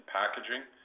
packaging